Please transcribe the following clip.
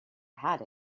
had